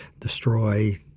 destroy